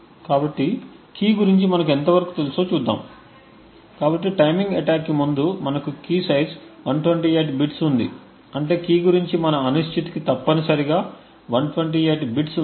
కాబట్టి కీ గురించి మనకు ఎంతవరకు తెలుసో చూద్దాం కాబట్టి టైమింగ్ అటాక్కి ముందు మనకు కీ సైజు 128 బిట్స్ ఉంది అంటే కీ గురించి మన అనిశ్చితికి తప్పనిసరిగా 128 బిట్స్ ఉన్నాయి